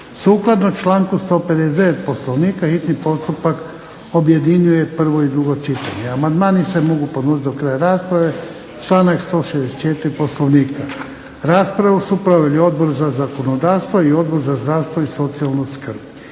Sukladno članku 159. Poslovnika hitni postupak objedinjuje prvo i drugo čitanje. Amandmani se mogu podnositi do kraja rasprave članak 164. POslovnika. Raspravu su proveli Odbor za zakonodavstvo i Odbor za zdravstvo i socijalnu skrb.